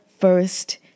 first